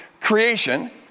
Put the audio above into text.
creation